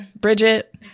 Bridget